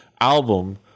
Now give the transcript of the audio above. album